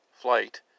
flight